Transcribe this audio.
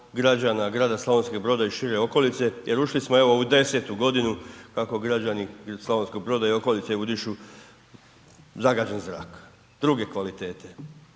građana grada Slavonskog Broda i šire okolice jer ušli smo, evo u 10 godinu kako građani Slavonskog Broda i okolice udišu zagađeni zrak druge kvalitete